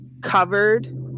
covered